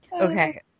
Okay